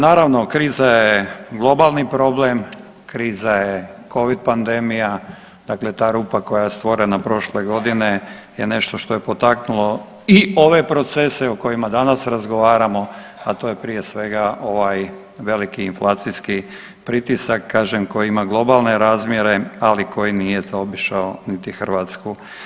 Naravno kriza je globalni problem, kriza je Covid pandemija, dakle ta rupa koja je stvorena prošle godine je nešto što je potaknulo i ove procese o kojima danas razgovaramo, a to je prije svega ovaj veliki inflacijski pritisak kažem koji ima globalne razmjere, ali koji nije zaobišao niti Hrvatsku.